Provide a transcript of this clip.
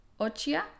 Ochia